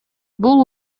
бул